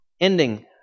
ending